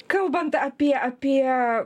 kalbant apie apie